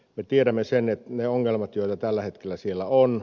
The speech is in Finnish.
me tiedämme ne ongelmat joita tällä hetkellä siellä on